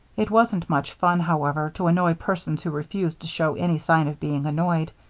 it wasn't much fun, however, to annoy persons who refused to show any sign of being annoyed,